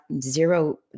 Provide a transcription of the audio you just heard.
zero